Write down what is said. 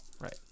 right